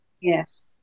Yes